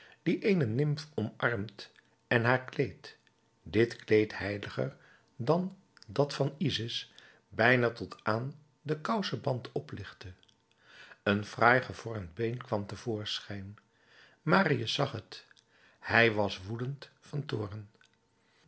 die eene nimf omarmt en haar kleed dit kleed heiliger dan dat van isis bijna tot aan den kouseband oplichtte een fraai gevormd been kwam te voorschijn marius zag het hij was woedend van toorn